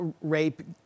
Rape